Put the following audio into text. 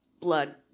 blood